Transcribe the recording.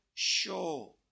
Sure